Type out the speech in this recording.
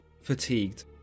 fatigued